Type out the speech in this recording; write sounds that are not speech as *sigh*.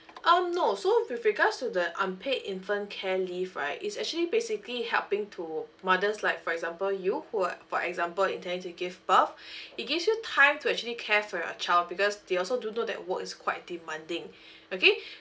um no so with regards to the unpaid infant care leave right is actually basically helping to mothers like for example you who're for example intending to give birth *breath* it gives you time to actually care for your child because they also do know that work is quite demanding *breath* okay *breath*